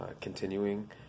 continuing